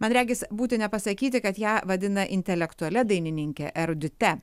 man regis būtina pasakyti kad ją vadina intelektualia dainininke erudite